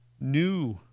new